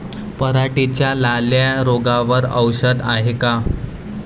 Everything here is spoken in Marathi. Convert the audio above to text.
पराटीच्या लाल्या रोगावर औषध हाये का?